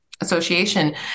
association